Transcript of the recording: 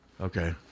Okay